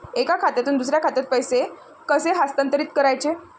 एका खात्यातून दुसऱ्या खात्यात पैसे कसे हस्तांतरित करायचे